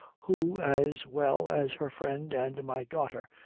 who, as well as her friend and my daughter,